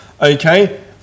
okay